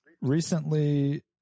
Recently